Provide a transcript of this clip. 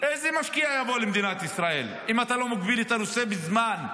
איזה משקיע יבוא למדינת ישראל אם אתה לא מגביל את הנושא בזמן?